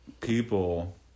people